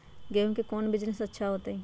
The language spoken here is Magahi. गेंहू के कौन बिजनेस अच्छा होतई?